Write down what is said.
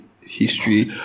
history